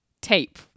tape